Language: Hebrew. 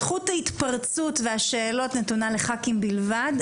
זכות ההתפרצות והשאלות נתונה לח"כים בלבד.